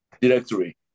directory